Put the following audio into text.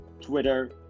Twitter